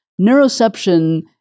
neuroception